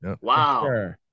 Wow